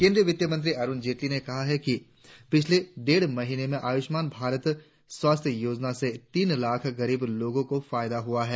केंद्रीय वित्त मंत्री अरुण जेटली ने कहा है कि पिछले डेढ़ महीने में आयुषमान भारत स्वास्थ्य योजना से तीन लाख गरीब लोगों को फायदा हुआ है